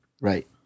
Right